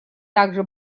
также